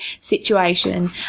Situation